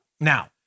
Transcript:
Now